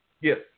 Yes